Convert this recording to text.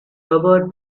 covered